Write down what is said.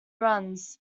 runs